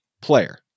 player